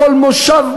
בכל מושב,